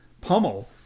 pummel